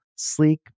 sleek